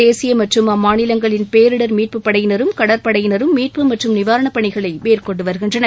தேசிய மற்றும் அம்மாநிலங்களின் பேரிடர் மீட்புப் படையினரும் கடற்படையினரும் மீட்பு மற்றும் நிவாரணப் பணிகளை மேற்கொண்டு வருகின்றனர்